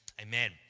amen